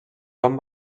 joan